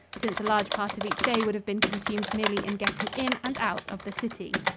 since a large part of each day would have been consumed merely in getting in and out of the city.